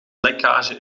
lekkage